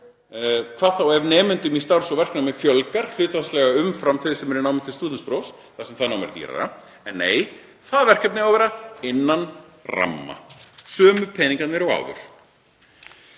hvað þá ef nemendum í starfs- og verknámi fjölgar hlutfallslega umfram þau sem eru í námi til stúdentsprófs þar sem það nám er dýrara. En nei, það verkefni á að vera innan ramma, sömu peningarnir og áður.